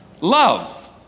Love